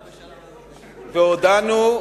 והודענו,